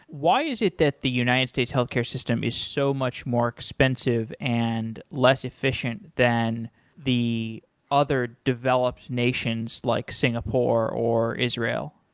why is it that the united states healthcare system is so much more expensive and less efficient than the other developed nations like singapore, or israel?